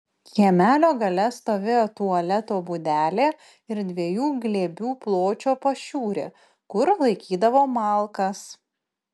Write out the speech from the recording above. kiemelio gale stovėjo tualeto būdelė ir dviejų glėbių pločio pašiūrė kur laikydavo malkas